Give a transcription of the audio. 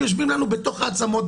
הם יושבים לנו בתוך העצמות,